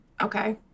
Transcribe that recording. Okay